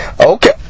Okay